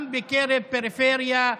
גם בקרב הפריפריה,